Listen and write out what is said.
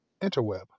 interweb